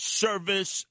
service